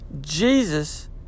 Jesus